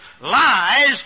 lies